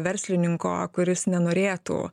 verslininko kuris nenorėtų